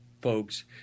folks